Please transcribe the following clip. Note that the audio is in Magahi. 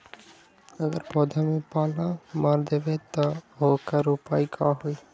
अगर पौधा में पल्ला मार देबे त औकर उपाय का होई?